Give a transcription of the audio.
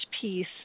peace